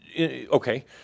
Okay